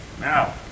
now